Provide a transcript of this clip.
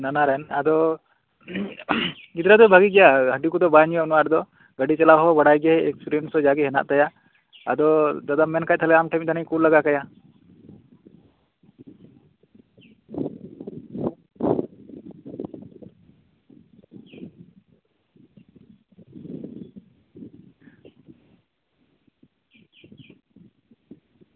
ᱱᱟᱱᱟ ᱨᱮᱱ ᱟᱫᱚ ᱜᱤᱫᱽᱨᱟᱹ ᱫᱚᱭ ᱵᱷᱟᱹᱜᱤ ᱜᱮᱭᱟᱭ ᱦᱟᱺᱰᱤ ᱠᱚᱫᱚ ᱵᱟᱭ ᱧᱩᱭᱟ ᱩᱱᱟᱹᱜ ᱟᱺᱴ ᱫᱚ ᱜᱟᱹᱰᱤ ᱪᱟᱞᱟᱣ ᱦᱚᱸᱭ ᱵᱟᱰᱟᱭ ᱜᱮᱭᱟ ᱮᱠᱥᱯᱨᱤᱭᱮᱱᱥ ᱠᱚᱫᱚ ᱡᱟ ᱜᱮ ᱦᱮᱱᱟᱜ ᱛᱟᱭᱟ ᱟᱫᱚ ᱫᱟᱫᱟᱢ ᱢᱮᱱ ᱛᱟᱞᱦᱮ ᱟᱢ ᱴᱷᱮᱱ ᱛᱟᱞᱦᱮᱧ ᱠᱩᱞ ᱞᱮᱜᱟ ᱠᱟᱭᱟ